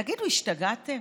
תגידו, השתגעתם?